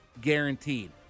guaranteed